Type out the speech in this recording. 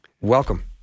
welcome